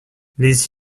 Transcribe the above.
les